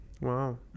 Wow